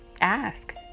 ask